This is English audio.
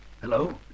Hello